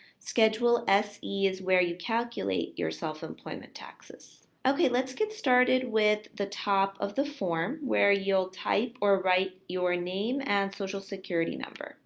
schedule se is where you calculate your self employment taxes. okay, let's get started with the top of the form where you'll type or write your name and social security number.